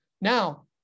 Now